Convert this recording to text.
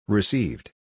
Received